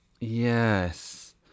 Yes